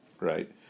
right